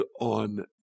on